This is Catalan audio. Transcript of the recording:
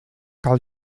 cal